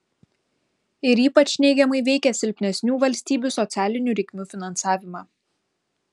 ir ypač neigiamai veikia silpnesnių valstybių socialinių reikmių finansavimą